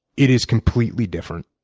it is completely different.